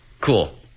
Cool